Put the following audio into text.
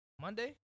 Monday